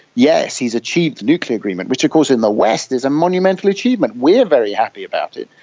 yes, he has achieved nuclear agreement, which of course in the west is a monumental achievement, we are very happy about it,